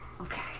Okay